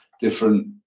different